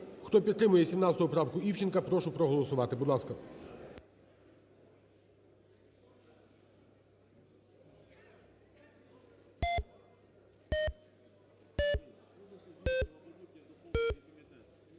Хто підтримує 17 поправку Івченка, прошу проголосувати. Будь ласка.